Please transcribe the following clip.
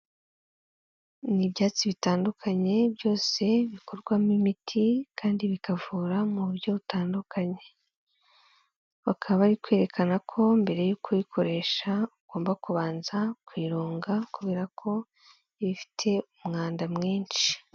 N'ibyatsi bitandukanye byose bikorwamo imiti kandi bikavura mu buryo butandukanye. Bakaba bari kwerekana ko mbere yo kuyikoresha ugomba kubanza kuyironga, kubera ko iba ifite umwanda mwinshi.